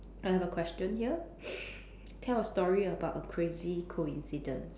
I have a question here tell a story about a crazy coincidence